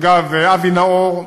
אגב, אבי נאור,